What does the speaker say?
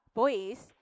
voice